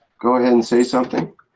go ahead and say something?